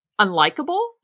unlikable